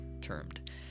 termed